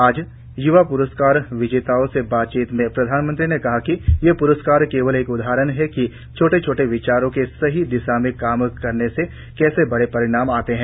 आज य्वा प्रस्कार विजेताओं से बातचीत में प्रधानमंत्री ने कहा कि ये प्रस्कार केवल एक उदाहरण है कि छोटे छोटे विचारों के सही दिशा में काम करने से कैसे बड़े परिणाम आते हैं